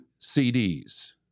CDs